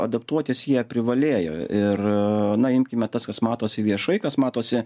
adaptuotis jie privalėjo ir na imkime tas kas matosi viešai kas matosi